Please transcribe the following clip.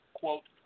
quote